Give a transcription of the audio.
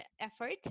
effort